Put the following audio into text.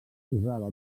disposava